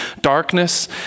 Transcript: darkness